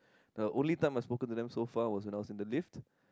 the only time I spoken to them so far was I was in the lift